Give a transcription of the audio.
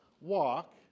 walk